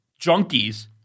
junkies